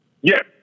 Yes